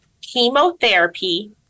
chemotherapy